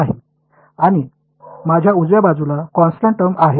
नाही आणि माझ्या उजव्या बाजूला कॉन्स्टन्ट टर्म आहे